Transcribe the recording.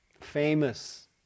famous